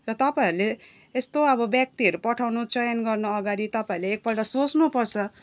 र तपाईँहरूले यस्तो अब व्यक्तिहरू पठाउनु चयन गर्नु अगाडि तपाईँले एकपल्ट सोच्नुपर्छ